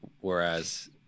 whereas